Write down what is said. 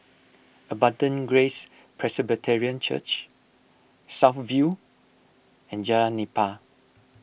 Abundant Grace Presbyterian Church South View and Jalan Nipah